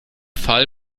fall